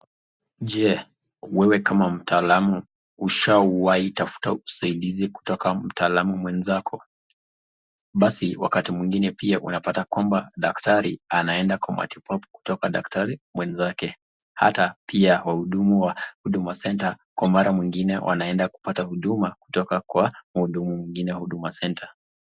Je, wewe kama mtaalamu ushawahi tafuta usaidizi kutoka mtaalamu mwenzako? Basi wakati mwingine pia unapata kwamba daktari anaenda kwa matibabu kutoka daktari mwenzake. Hata pia wahudumu wa huduma center kwa mara mwingine wanaenda kupata huduma kutoka kwa mhudumu mwingine wa huduma center.